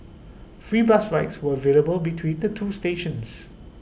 free bus rides were available between the two stations